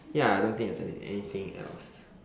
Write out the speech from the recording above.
ya I don't think there's any anything else